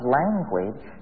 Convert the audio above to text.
language